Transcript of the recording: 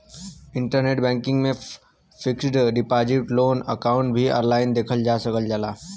internet banking में fixed deposit loan account भी online देखल जा सकल जाला